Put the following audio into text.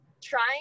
trying